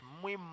muy